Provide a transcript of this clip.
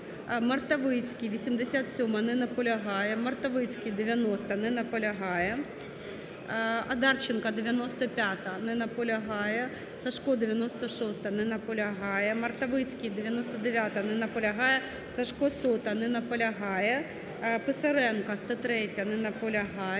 Мартовицький, 87-а. Не наполягає. Мартовицький, 90-а. Не наполягає. Одарченко, 95-а. Не наполягає. Сажко, 96-а. не наполягає. Мартовицький, 99-а. Не наполягає. Сажко, 100-а. Не наполягає. Писаренко, 103-я. Не наполягає.